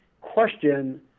question